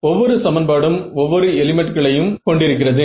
ஒவ்வொரு சமன்பாடும் ஒவ்வொரு எலிமென்ட்களையும் கொண்டிருக்கிறது